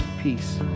Peace